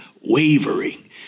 wavering